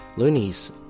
Loonies